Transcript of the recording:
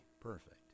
perfect